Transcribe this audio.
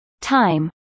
time